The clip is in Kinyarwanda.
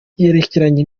yerekeranye